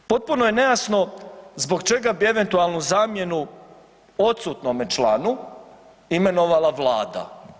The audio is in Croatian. Potpuno je nejasno zbog čega bi eventualnu zamjenu odsutnome članu imenovala vlada.